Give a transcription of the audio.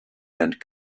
and